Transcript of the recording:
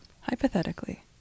Hypothetically